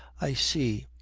i see.